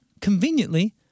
Conveniently